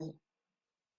yi